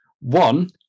One